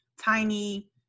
tiny